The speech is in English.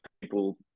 people